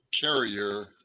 carrier